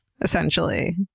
essentially